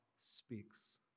speaks